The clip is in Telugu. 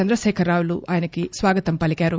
చంద్రశేఖర్ రావులు ఆయనకు స్వాగతం పలికారు